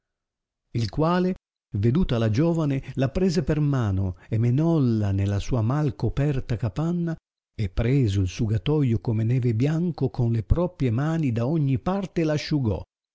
il quale veduta la giovane la prese per la mano e menoua nella sua mal coperta capanna e preso il sugatolo come neve bianco con le proprie mani da ogni parte r asciugò